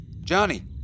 Johnny